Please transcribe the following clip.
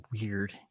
weird